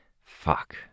Fuck